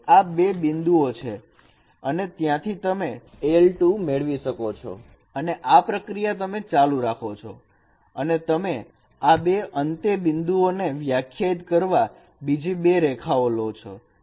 તેથી આ બે બિંદુઓ છે અને ત્યાંથી તમે l2 મેળવી શકો છો અને આ પ્રક્રિયા તમે ચાલુ રાખો છો અને તમે આ બે અંત્યબિંદુઓને વ્યાખ્યાયિત કરવા બીજી બે રેખાઓ લો છો